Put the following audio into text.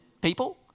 people